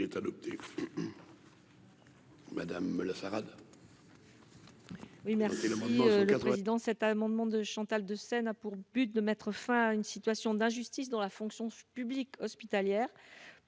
adopté. Madame le Sahara. Oui. Oui merci le président cet amendement de Chantal de scène a pour but de mettre fin à une situation d'injustice dans la fonction publique hospitalière pour